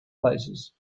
faces